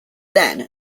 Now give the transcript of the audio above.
then